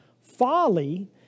Folly